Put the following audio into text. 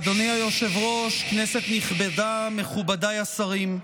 אדוני היושב-ראש, כנסת נכבדה, מכובדיי השרים,